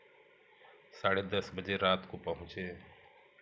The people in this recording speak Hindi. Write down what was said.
साढ़े दस बजे रात को पहुँचे